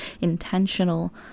intentional